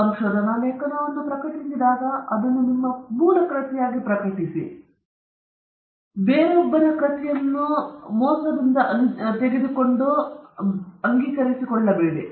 ನೀವು ಸಂಶೋಧನಾ ಲೇಖನವನ್ನು ಪ್ರಕಟಿಸಿದಾಗ ನೀವು ಅದನ್ನು ನಿಮ್ಮ ಮೂಲ ಕೃತಿಯಾಗಿ ಪ್ರಕಟಿಸಿರಿ ಆದರೆ ನೀವು ಅದನ್ನು ಎತ್ತುತ್ತಿದ್ದೀರಿ ಅಥವಾ ನೀವು ಸರಿಯಾಗಿ ಅಂಗೀಕರಿಸದೆ ಬೇರೊಬ್ಬರ ಕೆಲಸದಿಂದ ತೆಗೆದುಕೊಳ್ಳುತ್ತಿರುವಿರಿ